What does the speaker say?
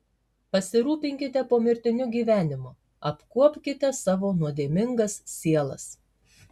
pasirūpinkite pomirtiniu gyvenimu apkuopkite savo nuodėmingas sielas